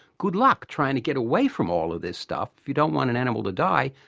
good luck trying to get away from all of this stuff. if you don't want an animal to die,